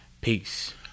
Peace